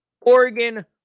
Oregon